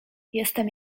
jestem